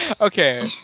Okay